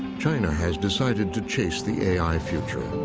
china has decided to chase the a i. future.